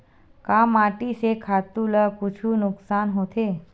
का माटी से खातु ला कुछु नुकसान होथे?